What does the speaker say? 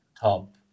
top